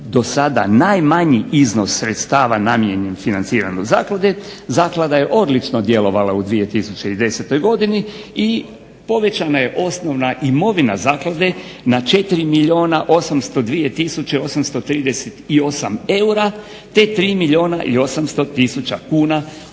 do sada najmanji iznos sredstava namijenjen financiranju zaklade, zaklada je odlično djelovala u 2010. godini i povećana je osnovna imovina zaklade na 4 milijuna 802 tisuće